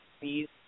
Please